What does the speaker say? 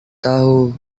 tahu